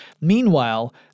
Meanwhile